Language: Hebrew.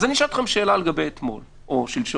אז אני אשאל אתכם שאלה לגבי אתמול או שלשום.